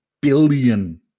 billion